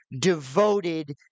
devoted